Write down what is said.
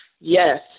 Yes